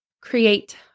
create